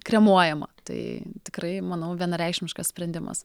kremuojama tai tikrai manau vienareikšmiškas sprendimas